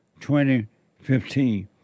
2015